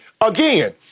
again